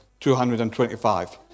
225